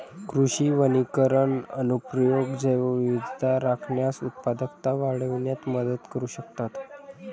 कृषी वनीकरण अनुप्रयोग जैवविविधता राखण्यास, उत्पादकता वाढविण्यात मदत करू शकतात